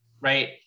right